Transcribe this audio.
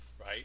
Right